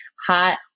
Hot